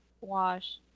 wash